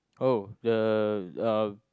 oh the uh